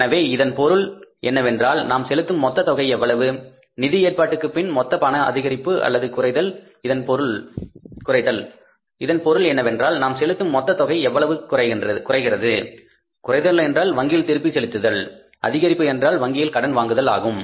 எனவே இதன் பொருள் என்னவென்றால் நாம் செலுத்தும் மொத்த தொகை எவ்வளவு நிதி ஏற்பாட்டுக்கு பின் மொத்த பண அதிகரிப்பு அல்லது குறைதல் இதன் பொருள் என்னவென்றால் நாம் செலுத்தும் மொத்தத் தொகை எவ்வளவு குறைகிறது குறைதல் என்றால் வங்கியில் திருப்பிச் செலுத்துதல் அதிகரிப்பு என்றால் வங்கியில் கடன் வாங்குதல் ஆகும்